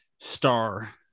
star